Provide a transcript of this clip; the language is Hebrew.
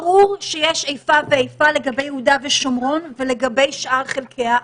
ברור שיש איפה ואיפה לגבי יהודה ושומרון ולגבי שאר חלקי הארץ.